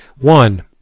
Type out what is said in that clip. One